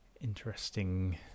interesting